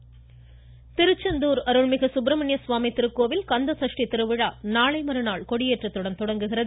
கோவில் வாய்ஸ் திருச்செந்தூர் அருள்மிகு சுப்பிரமணியசுவாமி திருக்கோவில் கந்தசஷ்டி திருவிழா நாளை மறுநாள் கொடியேற்றத்துடன் தொடங்குகிறது